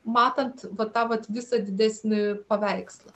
matant va tą vat visą didesnį paveikslą